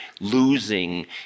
losing